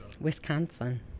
Wisconsin